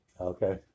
Okay